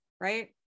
right